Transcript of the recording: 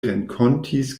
renkontis